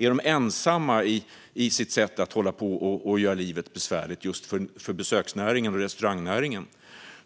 Är de ensamma i sitt sätt att göra livet besvärligt just för besöksnäringen och restaurangnäringen?